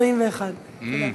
41. תודה.